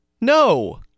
No